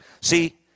See